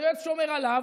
היועץ שומר עליו,